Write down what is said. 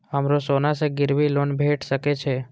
हमरो सोना से गिरबी लोन भेट सके छे?